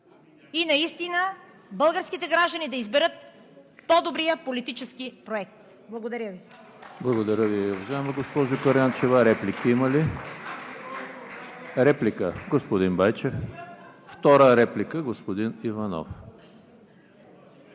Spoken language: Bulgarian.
и наистина българските граждани да изберат по-добрия политически проект. Благодаря Ви.